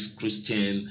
Christian